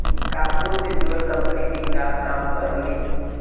cargo से जुड़ल company दिन रात काम करलीन